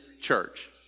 church